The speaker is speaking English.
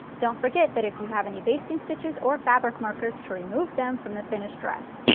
don't forget that if you have any basting stitches or fabric markers, to remove them from the finished dress.